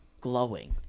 glowing